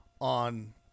on